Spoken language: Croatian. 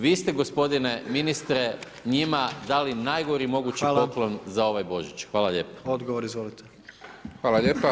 Vi ste gospodine ministre njima dali najgori mogući poklon za ovaj Božić, hvala lijepo.